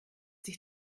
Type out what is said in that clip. sich